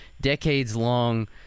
decades-long